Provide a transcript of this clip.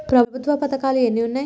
ప్రభుత్వ పథకాలు ఎన్ని ఉన్నాయి?